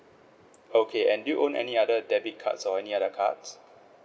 okay and do you own any other debit cards or any other cards